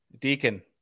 Deacon